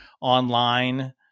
online